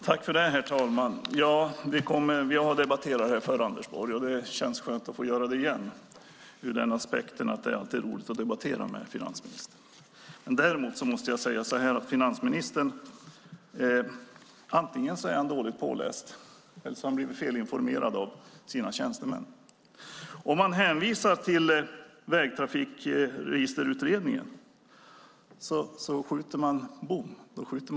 Herr talman! Anders Borg och jag har debatterat detta förut. Det känns bra att göra det igen - det alltid är roligt att debattera med finansministern. Finansministern är antingen dåligt påläst eller felinformerad av sina tjänstemän. Om man hänvisar till Vägtrafikregisterutredningen skjuter man bredvid målet.